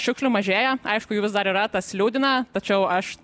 šiukšlių mažėja aišku jų vis dar yra tas liūdina tačiau aš